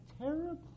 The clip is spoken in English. terrible